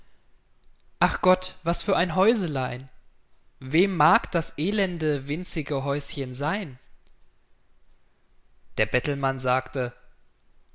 ach gott was für ein häuselein wem mag das elende winzige häuschen seyn der bettelmann sagte